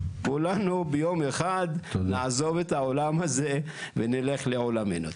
כולנו ביום אחד נעזוב את העולם הזה ונלך לעולמנו.